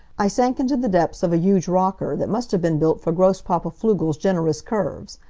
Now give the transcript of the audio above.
i sank into the depths of a huge rocker that must have been built for grosspapa pflugel's generous curves.